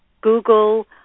Google